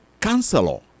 Counselor